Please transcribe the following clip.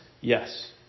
Yes